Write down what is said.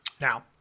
now